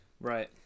Right